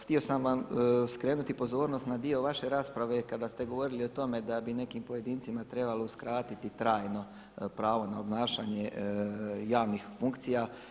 Htio sam vam skrenuti pozornost na dio vaše rasprave kada ste govorili o tome da bi nekim pojedincima trebalo uskratiti trajno pravo na obnašanje javnih funkcija.